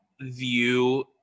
view